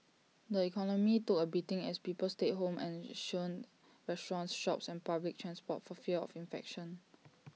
the economy took A beating as people stayed home and shunned restaurants shops and public transport for fear of infection